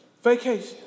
Vacation